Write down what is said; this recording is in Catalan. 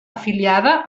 afiliada